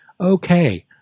okay